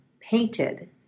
painted